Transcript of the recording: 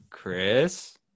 Chris